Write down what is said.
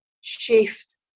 shift